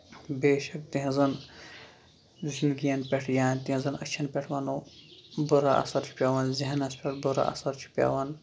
بے شکھ تِہنزن رُسوٗکین پٮ۪ٹھ وَنو یا زن أچھن پٮ۪ٹھ وَنو بُرٕ اَثرچھُ پیوان زہینس پٮ۪ٹھ بُرٕ اَثر چھُ پیوان